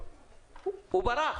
אבל הוא ברח,